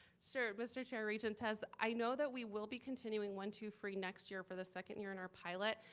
sure, mr. chair, regent tuss. i know that we will be continuing one-two-free next year for the second year in our pilot.